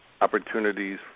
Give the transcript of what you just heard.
opportunities